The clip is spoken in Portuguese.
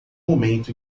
momento